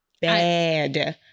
bad